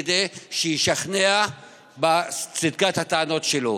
כדי שישכנע בצדקת הטענות שלו.